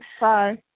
bye